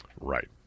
Right